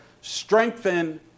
Strengthen